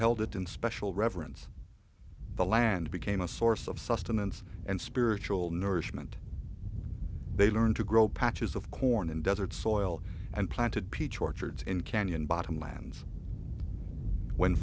held it in special reverence the land became a source of sustenance and spiritual nourishment they learned to grow patches of corn and desert soil and planted peach orchard in canyon bottom lands when